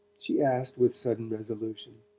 she asked with sudden resolution.